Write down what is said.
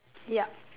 ya